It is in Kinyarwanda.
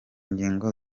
ngingo